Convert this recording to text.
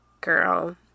girl